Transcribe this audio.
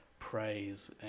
praise